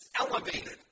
elevated